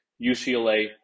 UCLA